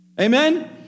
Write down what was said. Amen